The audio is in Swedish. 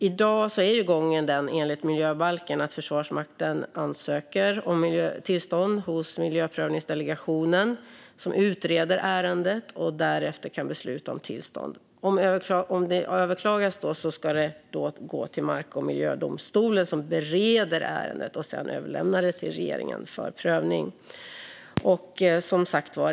I dag är gången enligt miljöbalken sådan att Försvarsmakten ansöker om tillstånd hos miljöprövningsdelegationen som utreder ärendet och därefter kan besluta om tillstånd. Om det överklagas ska det gå till mark och miljödomstolen som bereder ärendet och sedan överlämnar det till regeringen för prövning.